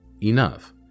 enough